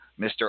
Mr